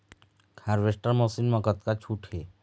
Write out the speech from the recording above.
Harvester machine मा कतका छूट हे?